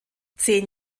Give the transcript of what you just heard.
zehn